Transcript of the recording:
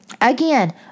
again